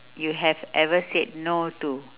you have ever said no to